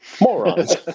Morons